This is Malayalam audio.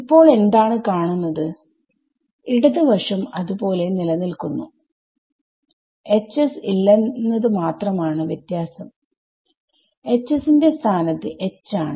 ഇപ്പോൾ എന്താണ് കാണുന്നത് ഇടത് വശം അത് പോലെ നിലനിൽക്കുന്നു ഇല്ലെന്നത് മാത്രമാണ് വ്യത്യാസം ന്റെ സ്ഥാനത് H ആണ്